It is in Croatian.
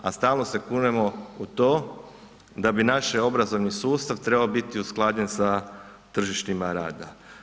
A stalno se kunemo u to da bi naš obrazovni sustav trebao biti usklađen sa tržištima rada.